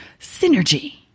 synergy